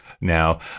now